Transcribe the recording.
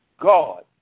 God